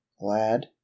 glad